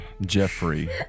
Jeffrey